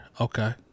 Okay